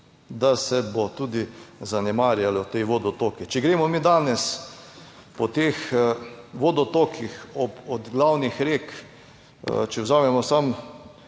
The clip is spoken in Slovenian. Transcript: da se bo tudi zanemarjalo te vodotoke. Če gremo mi danes po teh vodotokih od glavnih rek, če vzamemo samo